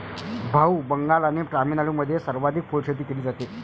भाऊ, बंगाल आणि तामिळनाडूमध्ये सर्वाधिक फुलशेती केली जाते